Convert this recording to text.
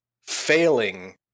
failing